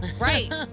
Right